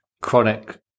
chronic